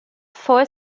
four